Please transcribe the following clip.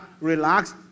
relax